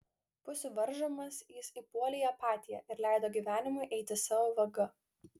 pusių varžomas jis įpuolė į apatiją ir leido gyvenimui eiti savo vaga